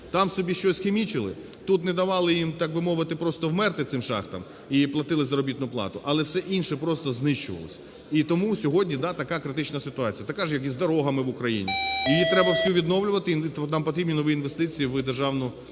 там собі щосьхімічили, тут не давали їм, так би мовити, просто вмерти, цим шахтам, і платили заробітну плату, але все інше просто знищувалося. І тому сьогодні, да, така критична ситуація, така ж, як і з дорогами в Україні. Її треба всю відновлювати, і нам потрібні нові інвестиції в державну